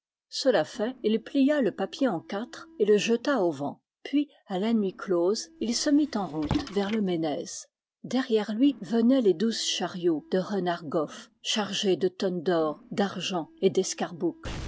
cela fait il plia le papier en quatre et le jeta au vent puis à la nuit close il se mit en route vers le ménez der rière lui venaient les douze chariots de rûn ar goff char gés de tonnes d'or d'argent et